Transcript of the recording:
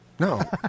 No